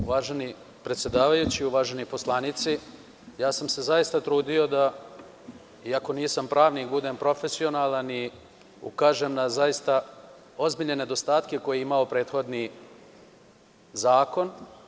Uvaženi predsedavajući, uvaženi poslanici, zaista sam se trudio da, iako nisam pravnik, budem profesionalan i da ukažem na zaista ozbiljne nedostatke koje je imao prethodni zakon.